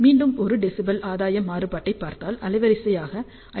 மீண்டும் 1 dB ஆதாய மாறுபாட்டைப் பார்த்தால் அலைவரிசையாக 5